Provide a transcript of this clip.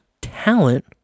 talent